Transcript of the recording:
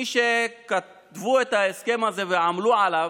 מי שכתבו את ההסכם הזה ועמלו עליו,